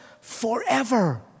Forever